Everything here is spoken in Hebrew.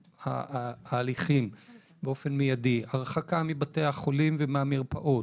ההליכים באופן מיידי; הרחקה מבתי החולים ומהמרפאות.